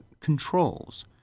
Controls